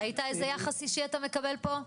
ראית איזה יחס אישי אתה מקבל פה?